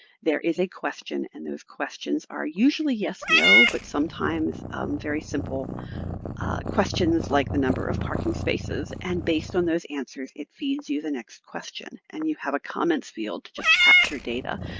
there is a question. and those questions are usually yes no, but sometimes very simple questions like the number of parking spaces. and based on those answers, it feeds you the next question. and you have a comments field to just capture data.